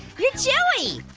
you're chewy.